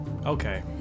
Okay